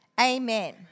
Amen